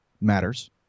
matters